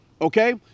okay